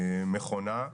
במכונה.